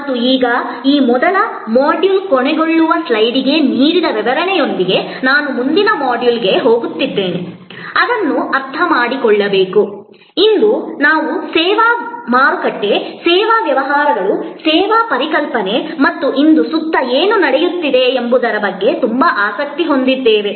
ಮತ್ತು ಈಗ ಮೊದಲ ಮಾಡ್ಯೂಲ್ ಕೊನೆಗೊಳ್ಳುವ ಸ್ಲೈಡ್ಗೆ ನೀಡಿದ ವಿವರಣೆಯೊಂದಿಗೆ ನಾನು ಮುಂದಿನ ಮಾಡ್ಯೂಲ್ಗೆ ಹೋಗುತ್ತಿದ್ದೇನೆ ಅದನ್ನು ಅರ್ಥಮಾಡಿಕೊಳ್ಳಬೇಕು ಇಂದು ನಾವು ಸೇವಾ ಮಾರುಕಟ್ಟೆ ಸೇವಾ ವ್ಯವಹಾರಗಳು ಸೇವಾ ಪರಿಕಲ್ಪನೆ ಮತ್ತು ಇಂದು ನಮ್ಮ ಸುತ್ತ ಏನು ನಡೆಯುತ್ತಿದೆ ಎಂಬುದರ ಬಗ್ಗೆ ತುಂಬಾ ಆಸಕ್ತಿ ಹೊಂದಿದ್ದೇವೆ